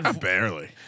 barely